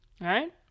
right